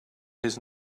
his